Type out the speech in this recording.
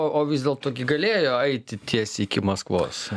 o o vis dėlto gi galėjo eiti tiesiai iki maskvos